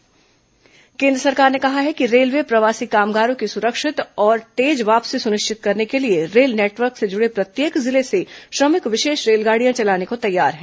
corona श्रमिक विशेष रेलगाड़ी केन्द्र सरकार ने कहा है कि रेलवे प्रवासी कामगारों की सुरक्षित और तेज वापसी सुनिश्चित करने के लिये रेल नेटवर्क से जुड़े प्रत्येक जिले से श्रमिक विशेष रेलगाड़ियां चलाने को तैयार है